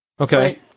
Okay